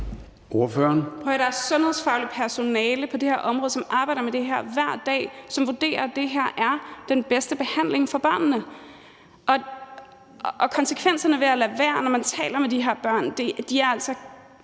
Der er sundhedsfagligt personale på det her område, der arbejder med det her hver dag, som vurderer, at det her er den bedste behandling for børnene. Og konsekvenserne ved at lade være er altså enormt store, kan